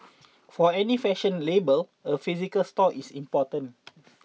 for any fashion label a physical store is important